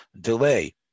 delay